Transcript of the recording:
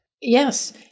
Yes